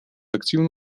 активное